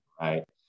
Right